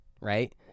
right